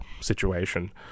situation